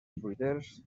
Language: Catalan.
fruiters